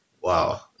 wow